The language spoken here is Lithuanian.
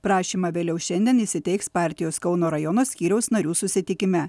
prašymą vėliau šiandien jis įteiks partijos kauno rajono skyriaus narių susitikime